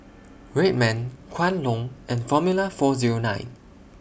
Red Man Kwan Loong and Formula four Zero nine